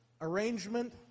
Arrangement